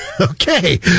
Okay